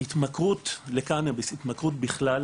ההתמכרות לקנאביס, התמכרות בכלל,